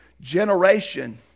generation